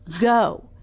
Go